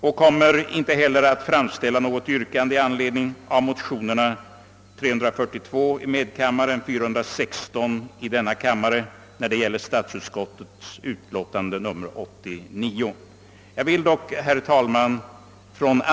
Jag kommer inte heller att framställa något yrkande i anledning av motionerna nr 342 i medkammaren och 416 i denna kammare när det gäller statsutskottets utlåtande nr 89.